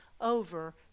over